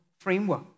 framework